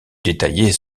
détaillées